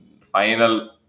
final